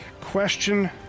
question